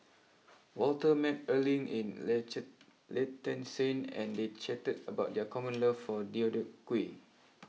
Walter met Erling in Liechtenstein and they chatted about their common love for Deodeok Gui